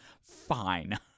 Fine